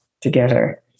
together